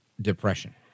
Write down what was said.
depression